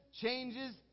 changes